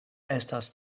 estas